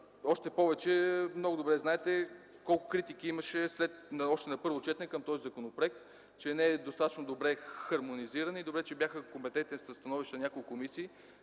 Още повече, че много добре знаете колко критики имаше още на първо четене към този законопроект, че не е достатъчно добре хармонизиран, и добре че бяха компетентните становища на няколко комисии,